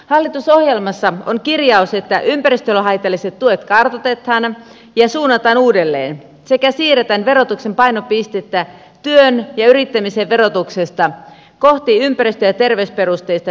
hallitusohjelmassa on kirjaus että ympäristölle haitalliset tuet kartoitetaan ja suunnataan uudelleen sekä siirretään verotuksen painopistettä työn ja yrittämisen verotuksesta kohti ympäristö ja terveysperusteista verotusta